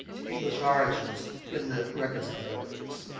to english origins in the records of the notaries.